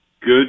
Good